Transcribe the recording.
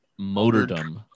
Motordom